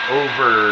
over